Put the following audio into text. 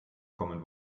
common